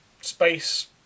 space